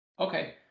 Okay